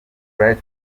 bright